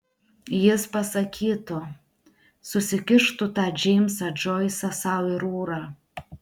jis pasakytų susikišk tu tą džeimsą džoisą sau į rūrą